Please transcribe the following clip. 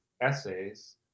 essays